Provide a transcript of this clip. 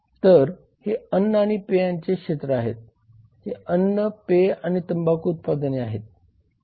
तर हे अन्न आणि पेयांचे क्षेत्र आहे हे अन्नपेये आणि तंबाखू उत्पादने आहेत